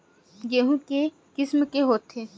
गेहूं के किसम के होथे?